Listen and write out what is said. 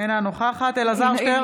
אינה נוכחת אלעזר שטרן,